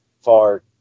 far